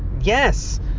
Yes